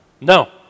No